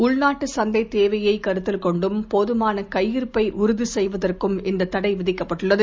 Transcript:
உள்நாட்டு சந்தை தேவையக் கருத்தில் கொண்டும் போதமான கையிருப்பை உறுதி செய்வதற்கும் இந்த தடை விதிக்கப்பட்டுள்ளது